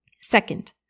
Second